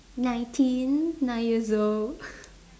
nineteen nine years old